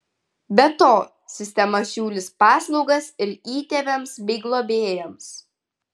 be to sistema siūlys paslaugas ir įtėviams bei globėjams